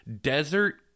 desert